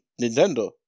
nintendo